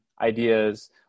ideas